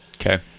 Okay